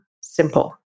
simple